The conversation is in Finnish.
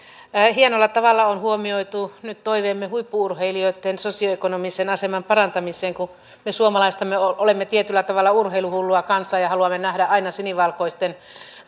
hienolla tavalla on huomioitu nyt toiveemme huippu urheilijoitten sosioekonomisen aseman parantamiseksi kun me suomalaisethan olemme tietyllä tavalla urheiluhullua kansaa ja ja haluamme nähdä aina sinivalkoisten